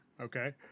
okay